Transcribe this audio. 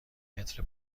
متر